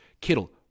Kittle